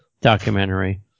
documentary